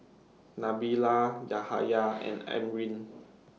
Nabila Yahaya and Amrin